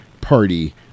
party